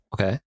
Okay